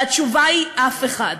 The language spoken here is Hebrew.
והתשובה היא: אף אחד.